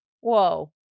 Whoa